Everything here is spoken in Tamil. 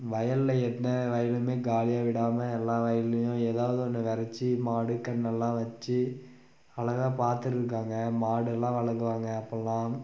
வயலில் என்ன வயலுமே காலியாக விடாமல் எல்லா வயல்லேயும் ஏதாவது ஒன்று வெதைச்சி மாடு கன்றெல்லாம் வைச்சு அழகாக பார்த்து இருந்தாங்க மாடெல்லாம் வழங்குவாங்க அப்பெல்லாம்